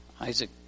Isaac